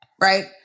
right